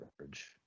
average